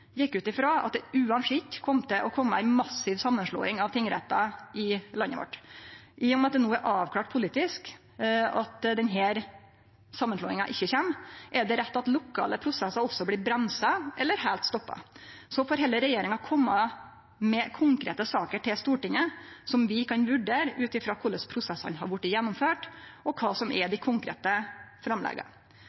gjekk ut frå at det uansett kom til å kome ei massiv samanslåing av tingrettar i landet vårt. I og med at det no er avklart politisk at denne samanslåinga ikkje kjem, er det rett at lokale prosessar også blir bremsa eller heilt stoppa. Så får heller regjeringa kome med konkrete saker til Stortinget som vi kan vurdere ut frå korleis prosessane har vorte gjennomførte, og kva som er dei konkrete framlegga.